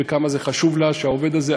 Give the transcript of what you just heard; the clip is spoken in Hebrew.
וכמה זה חשוב לה שהעובד הזה,